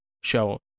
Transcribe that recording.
show